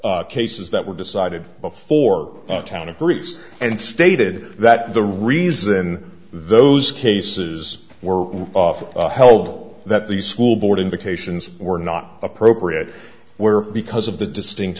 cases that were decided before the town of briefs and stated that the reason those cases were often held that the school board indications were not appropriate where because of the distinct